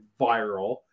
viral